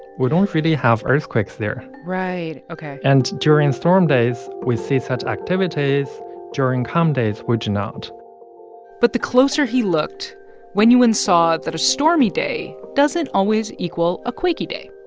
we don't really have earthquakes there right. ok and during storm days, we see such activities during calm days, we do not but the closer he looked, wenyuan saw that a stormy day doesn't always equal a quaky day,